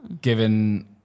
Given